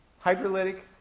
hydrolytic,